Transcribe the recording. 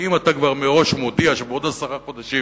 כי אם אתה כבר מראש מודיע שבעוד עשרה חודשים